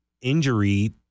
injury